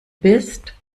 bist